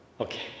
Okay